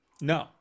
No